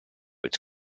its